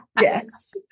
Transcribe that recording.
Yes